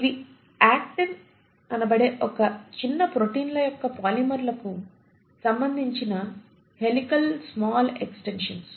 ఇవి యాక్టిన్ అనబడే చిన్న ప్రొటీన్ల యొక్క పోలిమర్లకు సంబంధించిన హెలికల్ స్మాల్ ఎక్సటెన్షన్స్